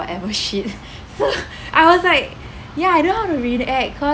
whatever shit so I was like ya I don't know how to react